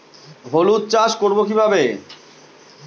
হলুদ চাষ করব কিভাবে?